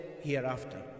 hereafter